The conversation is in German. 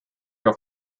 auf